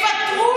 מי את שתבקרי